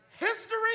History